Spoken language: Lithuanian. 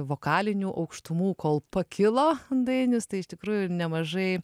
vokalinių aukštumų kol pakilo dainius tai iš tikrųjų ir nemažai